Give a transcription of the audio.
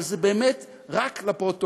אבל זה באמת רק לפרוטוקול,